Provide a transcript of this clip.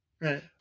right